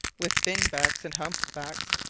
with fin-backs and hump-backs,